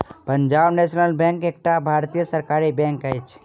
Punjab national bank एकटा भारतीय सरकारी बैंक अछि